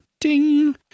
Ding